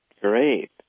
Great